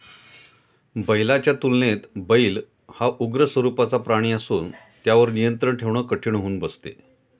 बैलाच्या तुलनेत बैल हा उग्र स्वरूपाचा प्राणी असून त्यावर नियंत्रण ठेवणे कठीण होऊन बसते